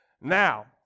Now